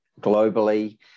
globally